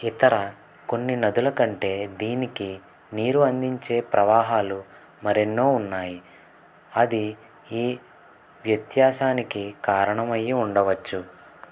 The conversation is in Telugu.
ఇతర కొన్ని నదుల కంటే దీనికి నీరు అందించే ప్రవాహాలు మరెన్నో ఉన్నాయి అది ఈ వ్యత్యాసానికి కారణమయ్యి ఉండవచ్చు